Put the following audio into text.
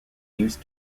use